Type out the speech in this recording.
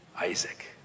Isaac